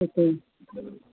okay